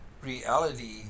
Reality